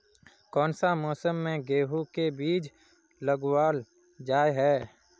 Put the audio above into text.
कोन सा मौसम में गेंहू के बीज लगावल जाय है